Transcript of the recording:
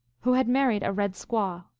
who had married a red squaw.